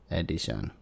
edition